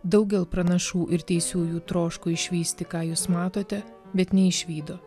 daugel pranašų ir teisiųjų troško išvysti ką jūs matote bet neišvydo